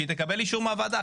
שהיא תקבל אישור מהוועדה.